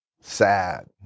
sad